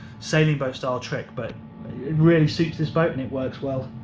sailing boat style trick, but it really suits this boat and it works well,